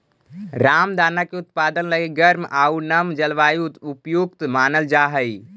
रामदाना के उत्पादन लगी गर्म आउ नम जलवायु उपयुक्त मानल जा हइ